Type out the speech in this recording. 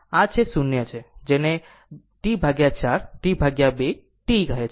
આ છે આ 0 છે જેને T4 T2 T કહે છે